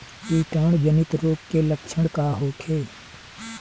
कीटाणु जनित रोग के लक्षण का होखे?